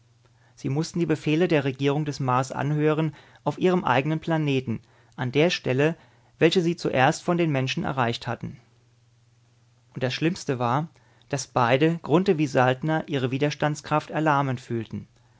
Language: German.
sie mußten die befehle der regierung des mars anhören auf ihrem eigenen planeten an der stelle welche sie zuerst von den menschen erreicht hatten und das schlimmste war daß beide grunthe wie saltner ihre widerstandskraft erlahmen fühlten